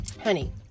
honey